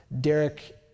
Derek